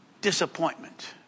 disappointment